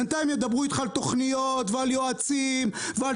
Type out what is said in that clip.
בינתיים ידברו אתך על תכניות ועל יועצים ועל